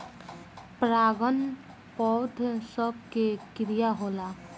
परागन पौध सभ के क्रिया होला